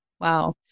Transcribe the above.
Wow